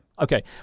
Okay